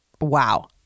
wow